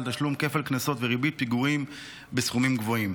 תשלום כפל קנסות וריבית פיגורים בסכומים גבוהים.